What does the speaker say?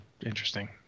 interesting